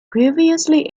previously